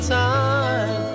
time